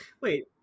Wait